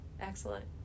Excellent